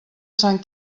sant